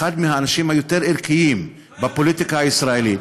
אחד מהאנשים היותר-ערכיים בפוליטיקה הישראלית.